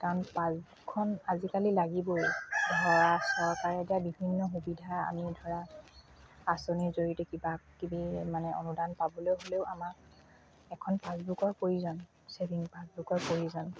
কাৰণ পাচবুকখন আজিকালি লাগিবই ধৰা চৰকাৰে দিয়া বিভিন্ন সুবিধা আমি ধৰা আচনিৰ জৰিয়তে কিবা কিবি মানে অনুদান পাবলৈ হ'লেও আমাক এখন পাছবুকৰ প্ৰয়োজন চেভিংছ পাছবুকৰ প্ৰয়োজন